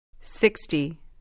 Sixty